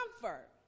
comfort